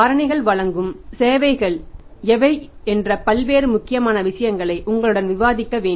காரணிகள் வழங்கும் சேவைகள் எவை என்ற பல்வேறு முக்கியமான விஷயங்களை உங்களுடன் விவாதிக்க வேண்டும்